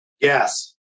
Yes